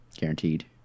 Guaranteed